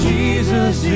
Jesus